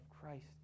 Christ